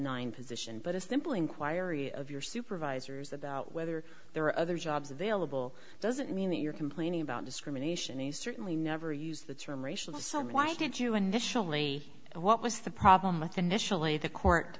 nine position but a simple inquiry of your supervisors about whether there were other jobs available doesn't mean that you're complaining about discrimination he certainly never used the term racial some why did you initially what was the problem with initially the court